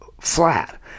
flat